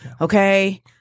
Okay